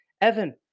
Evan